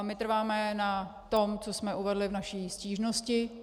My trváme na tom, co jsme uvedli v naší stížnosti.